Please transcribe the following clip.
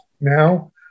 now